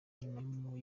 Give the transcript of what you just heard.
nyuma